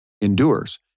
endures